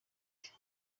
ati